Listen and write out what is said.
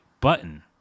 button